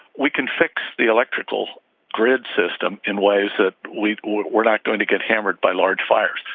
we can fix the electrical grid system in ways that we've we're not going to get hammered by large fires.